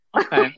okay